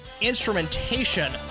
instrumentation